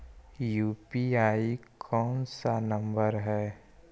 UPI कोन सा number हैं?